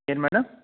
ಏನು ಮೇಡಮ್